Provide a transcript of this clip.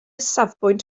safbwynt